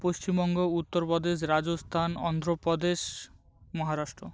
Paschimbanga Uttar Pradesh Rajasthan Andhra Pradesh Maharashtra